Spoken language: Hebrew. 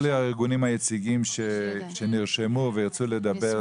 כל הארגונים היציגים שנרשמו וירצו לדבר,